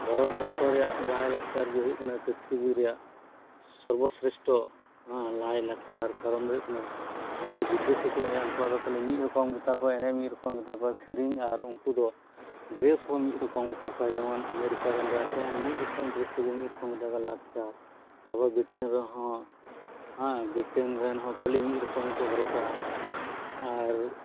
ᱵᱷᱟᱨᱚᱛᱵᱚᱨᱥᱚ ᱨᱮᱭᱟᱜ ᱞᱟᱭᱼᱞᱟᱠᱪᱟᱨ ᱜᱮ ᱦᱩᱭᱩᱜ ᱠᱟᱱᱟ ᱯᱨᱤᱛᱷᱤᱵᱤ ᱨᱮᱭᱟᱜ ᱥᱚᱨᱵᱚᱥᱨᱮᱥᱴᱷᱚ ᱞᱟᱭᱼᱞᱟᱠᱪᱟᱨ ᱠᱟᱨᱚᱱ ᱫᱚ ᱦᱩᱭᱩᱜ ᱠᱟᱱᱟ ᱡᱟᱦᱟᱸᱭ ᱠᱚ ᱵᱤᱫᱮᱥ ᱨᱮᱠᱚ ᱮᱱᱮᱡ ᱠᱟᱱᱟ ᱩᱱᱠᱩᱣᱟᱜ ᱫᱚ ᱠᱷᱟᱞᱤ ᱢᱤᱜ ᱨᱚᱠᱚᱢ ᱜᱮᱛᱟ ᱠᱚᱣᱟ ᱮᱱᱮᱡ ᱢᱤᱜ ᱨᱚᱠᱚᱢ ᱜᱮᱛᱟ ᱠᱚᱣᱟ ᱥᱮᱨᱮᱧ ᱟᱨ ᱩᱝᱠᱩ ᱫᱚ ᱰᱨᱮᱥ ᱦᱚᱸ ᱢᱤᱜ ᱨᱚᱠᱚᱢ ᱜᱮᱛᱟ ᱠᱚᱣᱟ ᱡᱮᱢᱚᱱ ᱟᱢᱮᱨᱤᱠᱟ ᱨᱮᱱ ᱫᱚ ᱮᱠᱮᱱ ᱢᱤᱜ ᱨᱚᱠᱚᱢ ᱰᱨᱮᱥ ᱛᱮᱜᱮ ᱢᱤᱜ ᱨᱚᱠᱚᱢ ᱜᱮᱛᱟᱠᱚ ᱞᱟᱠᱪᱟᱨ ᱛᱟᱯᱚᱨ ᱵᱽᱨᱤᱴᱮᱱ ᱨᱮᱦᱚᱸ ᱦᱮᱸ ᱵᱽᱨᱤᱴᱮᱱ ᱨᱮᱱ ᱦᱚᱸ ᱠᱷᱟᱞᱤ ᱢᱤᱜ ᱨᱚᱠᱚᱢ ᱠᱚ ᱦᱚᱨᱚᱜᱟ ᱟᱨ